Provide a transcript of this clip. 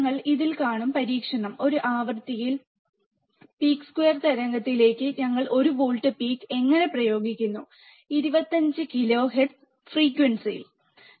അതിനാൽ ഞങ്ങൾ ഇതിൽ കാണും പരീക്ഷണം ഒരു ആവൃത്തിയിൽ പീക്ക് സ്ക്വയർ തരംഗത്തിലേക്ക് ഞങ്ങൾ ഒരു വോൾട്ട് പീക്ക് എങ്ങനെ പ്രയോഗിക്കുന്നു 25 കിലോഹെർട്സ് ഫ്രീക്വൻസിൽ